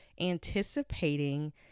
anticipating